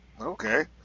Okay